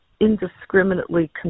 indiscriminately